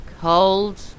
cold